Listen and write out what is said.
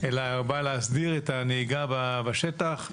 אלא בא להסדיר את הנהיגה בשטח,